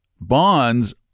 bonds